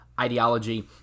ideology